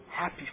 happy